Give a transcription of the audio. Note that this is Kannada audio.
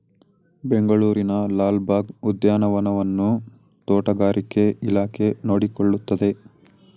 ಬೆಂಗಳೂರಿನ ಲಾಲ್ ಬಾಗ್ ಉದ್ಯಾನವನವನ್ನು ತೋಟಗಾರಿಕೆ ಇಲಾಖೆ ನೋಡಿಕೊಳ್ಳುತ್ತದೆ